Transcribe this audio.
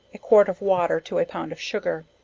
a quart of water to a pound of sugar.